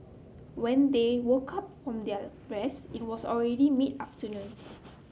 when they woke up from their rest it was already mid afternoon